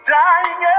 dying